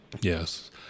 Yes